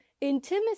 intimacy